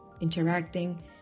interacting